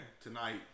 tonight